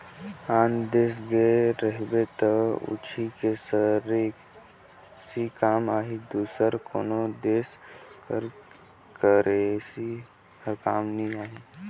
आन देस गे रहिबे त उहींच के करेंसी काम आही दूसर कोनो देस कर करेंसी हर काम नी आए